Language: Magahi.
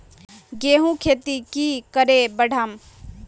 गेंहू खेती की करे बढ़ाम?